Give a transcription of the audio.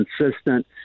consistent